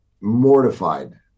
mortified